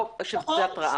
לא שביתת רעב.